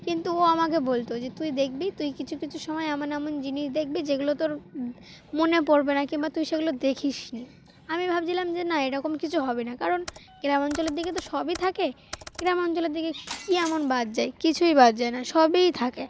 কিন্তু ও আমাকে বলতো যে তুই দেখবি তুই কিছু কিছু সময় এমন এমন জিনিস দেখবি যেগুলো তোর মনে পড়বে না কিংবা তুই সেগুলো দেখিস নি আমি ভাবছিলাম যে না এরকম কিছু হবে না কারণ গ্রাম অঞ্চলের দিকে তো সবই থাকে গ্রাম অঞ্চলের দিকে কী এমন বাদ যায় কিছুই বাদ যায় না সবই থাকে